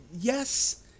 yes